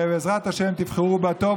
ובעזרת השם תבחרו בטוב.